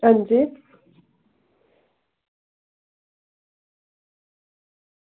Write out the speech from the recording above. अंजी